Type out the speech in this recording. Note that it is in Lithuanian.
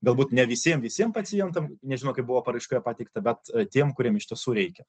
galbūt ne visiem visiem pacientam nežinau kaip buvo paraiškoje pateikta bet tiem kuriem iš tiesų reikia